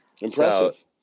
Impressive